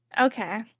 Okay